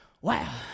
Wow